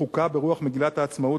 חוקה ברוח מגילת העצמאות,